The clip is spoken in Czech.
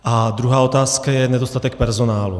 A druhá otázka je nedostatek personálu.